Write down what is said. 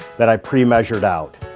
that i've premeasured out.